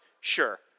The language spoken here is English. Sure